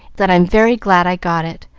then i'm very glad i got it.